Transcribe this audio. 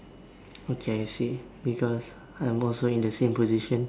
okay I see because I am also in the same position